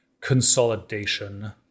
consolidation